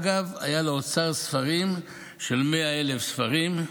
אגב, היה לו אוצר ספרים של 100,000 ספרים,